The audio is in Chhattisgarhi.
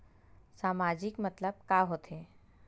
सामाजिक मतलब का होथे?